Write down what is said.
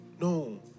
No